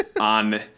on